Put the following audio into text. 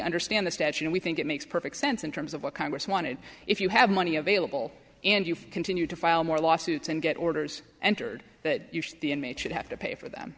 understand the statue and we think it makes perfect sense in terms of what congress wanted if you have money available and you continue to file more lawsuits and get orders entered that the inmate should have to pay for them